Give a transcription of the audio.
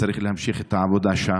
שצריך להמשיך את העבודה שם.